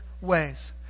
ways